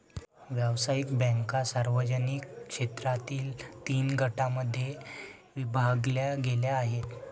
व्यावसायिक बँका सार्वजनिक क्षेत्रातील तीन गटांमध्ये विभागल्या गेल्या आहेत